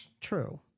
True